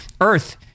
Earth